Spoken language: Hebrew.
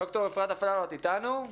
ד"ר אפרת אפללו את איתנו?